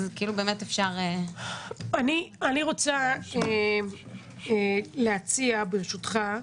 אני רוצה להציע, ברשותך,